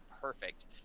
perfect